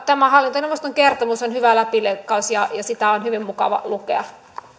tämä hallintoneuvoston kertomus on hyvä läpileikkaus ja ja sitä on hyvin mukava lukea